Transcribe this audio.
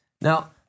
Now